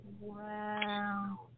Wow